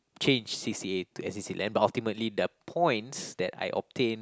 change c_c_a to n_c_c Land but ultimately the points that I obtain